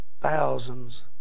thousands